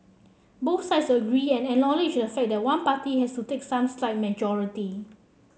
both sides agree and acknowledge the fact that one party has to take some slight majority